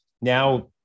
now